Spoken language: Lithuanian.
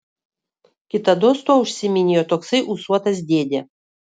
kitados tuo užsiiminėjo toksai ūsuotas dėdė